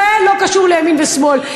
זה לא קשור לימין ושמאל,